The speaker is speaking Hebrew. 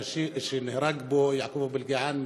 שנהרג בו יעקוב אבו אלקיעאן,